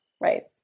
right